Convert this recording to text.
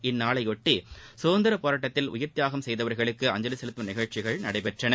இந்நாளையொட்டி சுதந்திர போராட்டத்தில் உயிர் தியாகம் செய்தவர்களுக்கு அஞ்சலி செலுத்தும் நிகழ்ச்சிகள் நடைபெற்றன